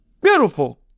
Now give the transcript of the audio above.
Beautiful